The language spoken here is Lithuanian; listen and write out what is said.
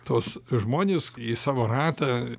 tuos žmones į savo ratą